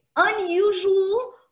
Unusual